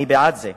אני בעד זה.